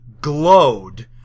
glowed